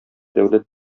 дәүләт